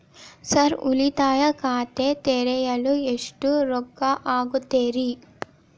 Sir ಉಳಿತಾಯ ಖಾತೆ ತೆರೆಯಲು ಎಷ್ಟು ರೊಕ್ಕಾ ಆಗುತ್ತೇರಿ?